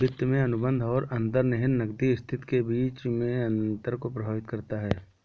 वित्त में अनुबंध और अंतर्निहित नकदी स्थिति के बीच के अंतर को प्रभावित करता है